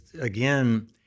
again